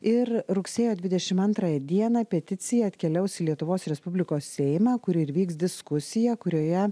ir rugsėjo dvidešim antrąją dieną peticija atkeliaus į lietuvos respublikos seimą kur ir vyks diskusija kurioje